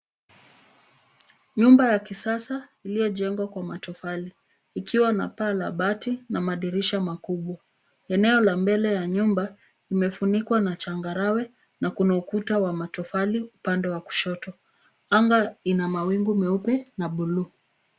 Nyumba ya kisasa iliyojengwa kwa matofali ikiwa na paa la bati na madirisha makubwa. Eneo la mbele la nyumba imefunikwa na changarawe na kuna ukuta wa matofali upande wa kushoto. Anga ina mawingu meupe na buluu.